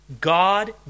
God